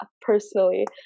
personally